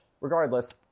Regardless